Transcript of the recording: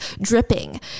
dripping